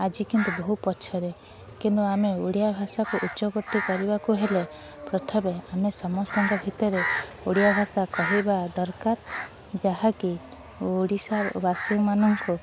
ଆଜି କିନ୍ତୁ ବହୁ ପଛରେ କିନ୍ତୁ ଆମେ ଓଡ଼ିଆ ଭାଷାକୁ ଉଚ୍ଚକୋଟି କରିବାକୁ ହେଲେ ପ୍ରଥମେ ଆମେ ସମସ୍ତଙ୍କ ଭିତରେ ଓଡ଼ିଆ ଭାଷା କହିବା ଦରକାର ଯାହାକି ଓଡ଼ିଶାବାସୀ ମାନଙ୍କୁ